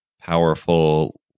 powerful